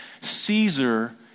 Caesar